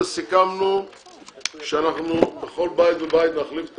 סיכמנו שבכל בית ובית אנחנו נחליף את